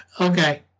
Okay